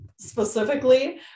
specifically